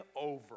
over